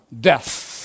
death